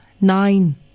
nine